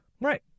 Right